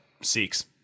six